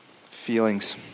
Feelings